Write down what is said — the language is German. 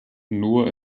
nur